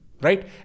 Right